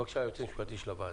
אם כך, היועץ המשפטי של הוועדה,